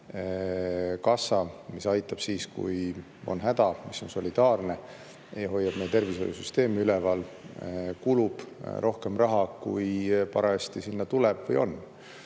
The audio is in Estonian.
kassa ja aitab meid siis, kui on häda käes, ja mis on solidaarne ja hoiab meie tervishoiusüsteemi üleval, kulub rohkem raha, kui parajasti sinna tuleb või